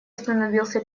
остановился